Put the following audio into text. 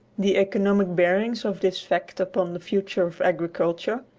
the economic bearings of this fact upon the future of agriculture,